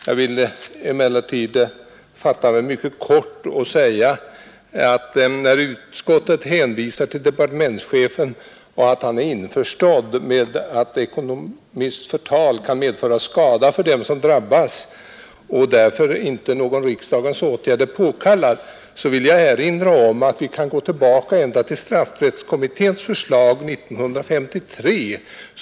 Jag vill emellertid fatta mig mycket kort och — med anledning av att utskottet hänvisar till att departementschefen är införstådd med att ekonomiskt förtal kan medföra skada för den som drabbas och att därför inte någon riksdagens åtgärd är påkallad — erinra om att vi kan gå tillbaka ända till straffrättskommitténs förslag 1953.